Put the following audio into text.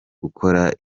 gukora